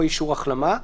או אישור החלמה.